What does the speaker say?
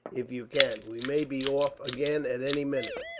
if you can. we may be off again, at any minute.